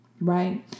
right